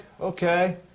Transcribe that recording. okay